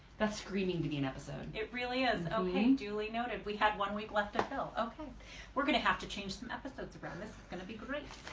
that's screaming to be an episode. it really is ok duly noted. we had one week left until okay we're going to have to change some episodes around. this is going to be great!